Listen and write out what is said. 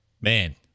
Man